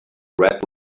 red